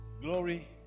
Glory